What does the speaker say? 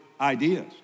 ideas